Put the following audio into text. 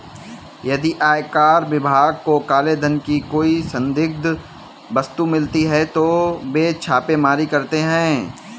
यदि आयकर विभाग को काले धन की कोई संदिग्ध वस्तु मिलती है तो वे छापेमारी करते हैं